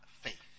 faith